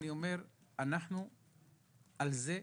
אני אומר שאנחנו על זה,